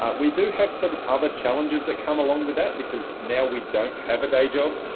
ah we do have some other challenges that come along with that, because now we don't have a day job,